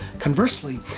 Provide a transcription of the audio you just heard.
conversely,